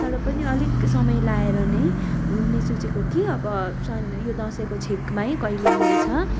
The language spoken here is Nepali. तर पनि अलिक समय लाएर नै घुम्ने सोचेको कि अब यो दसैँको छेकमा है कहिले मिल्छ